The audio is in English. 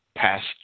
past